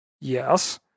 Yes